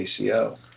ACO